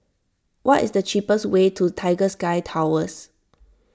what is the cheapest way to Tiger Sky Towers